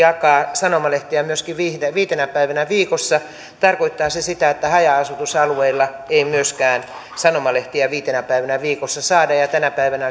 jakaa sanomalehtiä myöskin viitenä päivänä viikossa tarkoittaa se sitä että haja asutusalueilla ei myöskään sanomalehtiä viitenä päivänä viikossa saada ja ja tänä päivänä